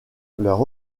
leur